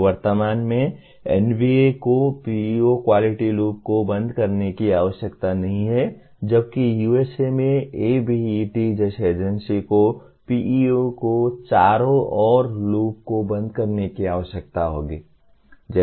तो वर्तमान में NBA को PEO क्वालिटी लूप को बंद करने की आवश्यकता नहीं है जबकि USA में ABET जैसी एजेंसी को PEO के चारों ओर लूप को बंद करने की आवश्यकता होगी